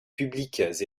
publiques